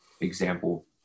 example